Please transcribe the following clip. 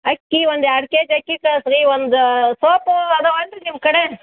ಅಕ್ಕಿ ಒಂದು ಎರಡು ಕೆಜಿ ಅಕ್ಕಿ ಕಳ್ಸಿ ರೀ ಒಂದು ಸೋಪು ಅದಾವೆ ಏನು ರೀ ನಿಮ್ಮ ಕಡೆ